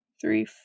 three